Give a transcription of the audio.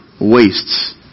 wastes